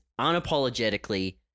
unapologetically